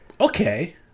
Okay